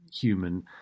Human